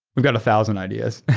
we've got a thousand ideas.